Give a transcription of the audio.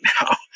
now